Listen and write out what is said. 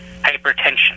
hypertension